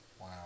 Wow